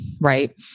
Right